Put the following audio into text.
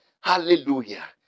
Hallelujah